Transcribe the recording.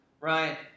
Ryan